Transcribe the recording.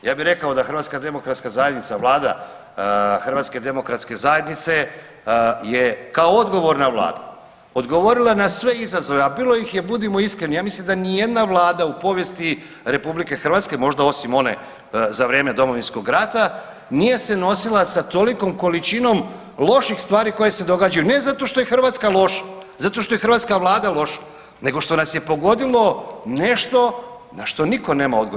Ja bih rekao da HDZ, Vlada HDZ-a je kao odgovorna vlada odgovorila na sve izazove, a bilo ih je, budimo iskreni, ja mislim da niti jedna Vlada u povijesti RH, možda osim one za vrijeme Domovinskog rata nije se nosila sa tolikom količinom loših stvari koje se događaju, ne zato što je Hrvatska loša, zato što je hrvatska Vlada loša nego što nas je pogodilo nešto na što nitko nema odgovor.